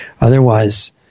Otherwise